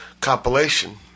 compilation